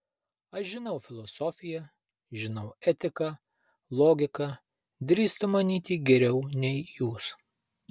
aš žinau filosofiją žinau etiką logiką drįstu manyti geriau nei jūs